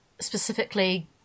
specifically